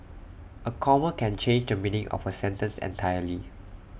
A comma can change the meaning of A sentence entirely